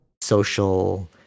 social